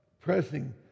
pressing